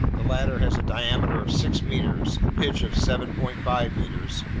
the latter has a diameter of six meters, a pitch of seven point five meters,